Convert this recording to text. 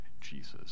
Jesus